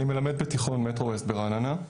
אני מלמד בתיכון מטרווסט ברעננה,